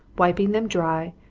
wiping them dry,